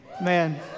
Man